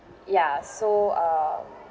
ya so uh